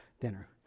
dinner